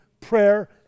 prayer